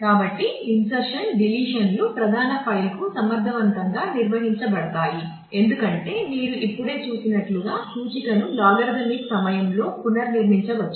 కాబట్టి ఇంసెర్షన్ సమయంలో పునర్నిర్మించవచ్చు